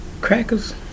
crackers